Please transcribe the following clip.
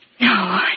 No